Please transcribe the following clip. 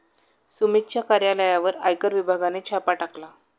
सुमितच्या कार्यालयावर आयकर विभागाने छापा टाकला